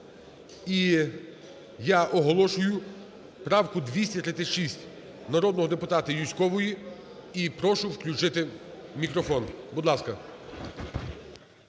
я оголошую правку 236 народного депутата Юзькової і прошу включити мікрофон. Будь ласка.